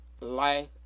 life